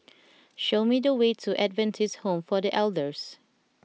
show me the way to Adventist Home for the Elders